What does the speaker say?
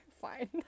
Fine